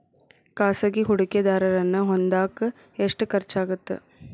ಖಾಸಗಿ ಹೂಡಕೆದಾರನ್ನ ಹೊಂದಾಕ ಎಷ್ಟ ಖರ್ಚಾಗತ್ತ